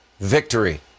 victory